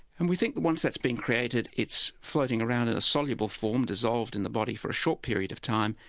and we think that once that's been created it's floating around in a soluble form dissolved in the body for a short period of time,